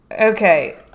Okay